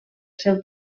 seu